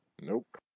Nope